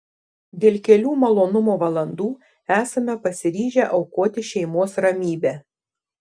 dėl kelių malonumo valandų esame pasiryžę aukoti šeimos ramybę